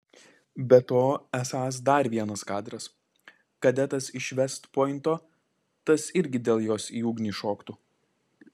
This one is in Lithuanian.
be to esąs dar vienas kadras kadetas iš vest pointo tas irgi dėl jos į ugnį šoktų